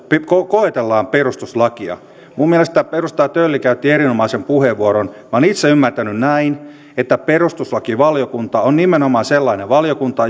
koetellaan perustuslakia minun mielestäni edustaja tölli käytti erinomaisen puheenvuoron minä olen itse ymmärtänyt näin että perustuslakivaliokunta on nimenomaan sellainen valiokunta